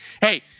hey